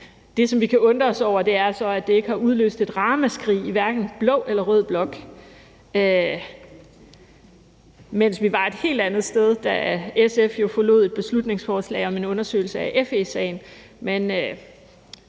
Det, som vi kan undre os over, er så, at det ikke har udløst et ramaskrig i hverken blå eller rød blok, mens man jo var et helt andet sted, da SF forlod et beslutningsforslag om en undersøgelse af FE-sagen.